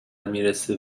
میرسه